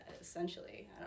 essentially